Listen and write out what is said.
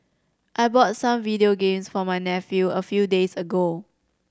I bought some video games for my nephew a few days ago